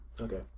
Okay